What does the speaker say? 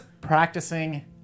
practicing